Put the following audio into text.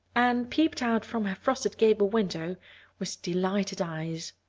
anne peeped out from her frosted gable window with delighted eyes.